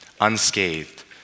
unscathed